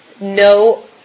no